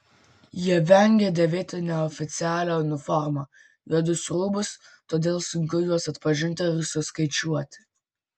jie vengia dėvėti neoficialią uniformą juodus rūbus todėl sunku juos atpažinti ir suskaičiuoti